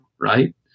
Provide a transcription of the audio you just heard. right